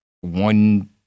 one